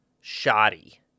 Shoddy